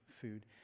food